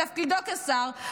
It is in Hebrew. בתפקידו כשר,